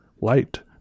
light